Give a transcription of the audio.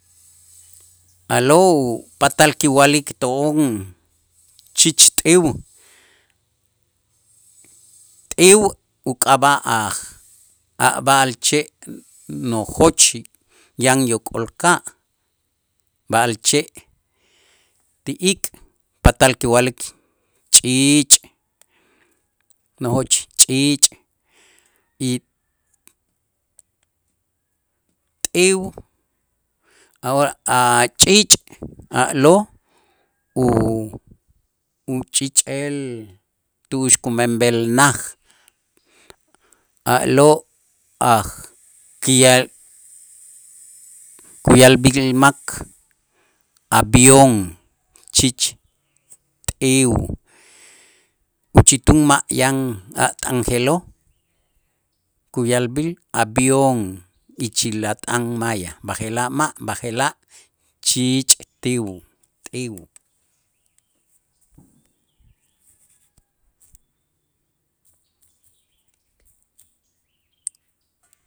A'lo' patal kiwa'lik to'on chicht'iw t'iw uk'ab'a' aj a' b'a'alche' nojoch yan yok'olka' b'a'alche' ti ik' patal kiwa'lik ch'iich', nojoch ch'iich' y t'iw ahora a' ch'iich' a'lo' uch'iich'el tu'ux kumenb'el naj a'lo' aj kuya'lb'il mak avión chicht'iw uchitun ma' yan a' t'an je'lo' kuya'lb'äl avión ichil a' t'an maya b'aje'laj ma', b'aje'laj chich t'iw.